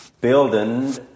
building